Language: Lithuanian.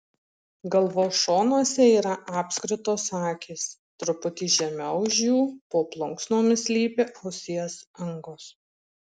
galvos šonuose yra apskritos akys truputį žemiau už jų po plunksnomis slypi ausies angos